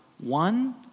one